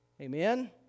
Amen